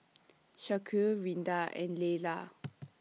Shaquille Rinda and Leyla